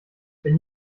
wenn